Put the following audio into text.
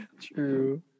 true